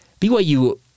BYU